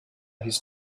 his